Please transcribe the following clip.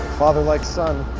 father, like son.